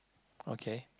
okay